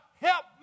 help